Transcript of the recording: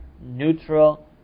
neutral